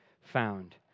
found